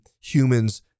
humans